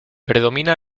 predomina